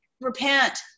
Repent